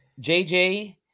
JJ